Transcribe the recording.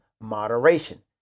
moderation